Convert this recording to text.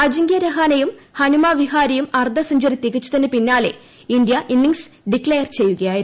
അജിൻകൃ രഹാനെയും ഹനുമ വിഹാരിയും അർദ്ധ സെഞ്ചറി തികച്ചതിന് പിന്നാലെ ഇന്ത്യ ഇന്നിംഗ്സ് ഡിക്ളയർ ചെയ്യുകയായിരുന്നു